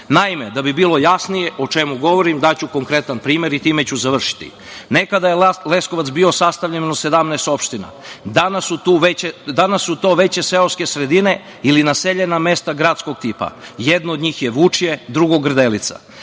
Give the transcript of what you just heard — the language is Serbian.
da bi bilo jasnije o čemu govorim daću konkretan primer i time ću završiti. Nekada je Leskovac bio sastavljen od 17 opština. Danas su to veće seoske sredine ili naseljene mesta gradskog tipa. Jedno od njih je Vučje, a drugo Grdelica